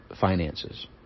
finances